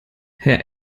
herr